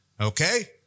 Okay